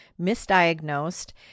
misdiagnosed